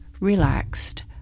relaxed